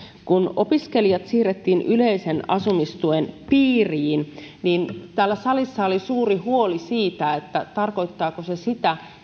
kun opiskelijat siirrettiin yleisen asumistuen piiriin niin täällä salissa oli suuri huoli siitä tarkoittaako se sitä